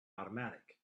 automatic